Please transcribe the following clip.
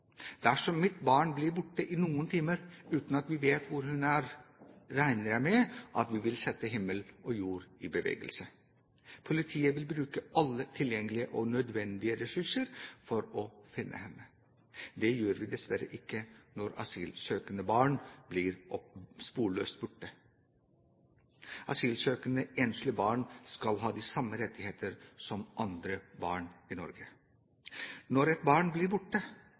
Dersom mitt barn, min datter, blir borte i noen timer uten av vi vet hvor hun er, regner jeg med at vi vil sette himmel og jord i bevegelse. Politiet vil bruke alle tilgjengelige og nødvendige ressurser for å finne henne. Det gjør vi dessverre ikke når asylsøkende barn blir sporløst borte. Asylsøkende enslige barn skal ha de samme rettigheter som andre barn i Norge. Når et barn blir borte,